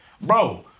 bro